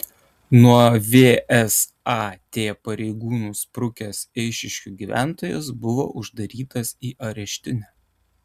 nuo vsat pareigūnų sprukęs eišiškių gyventojas buvo uždarytas į areštinę